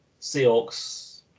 Seahawks